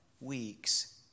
weeks